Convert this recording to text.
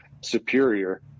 superior